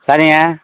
சரிங்க